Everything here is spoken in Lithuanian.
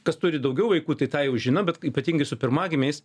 kas turi daugiau vaikų tai tą jau žino bet ypatingai su pirmagimiais